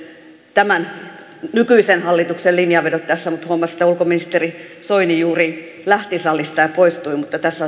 tämän nykyisen hallituksen linjanvedot tässä mutta huomasin että ulkoministeri soini juuri lähti salista ja poistui mutta tässä